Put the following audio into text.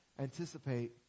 anticipate